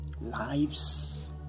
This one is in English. Lives